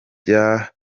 bya